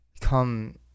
come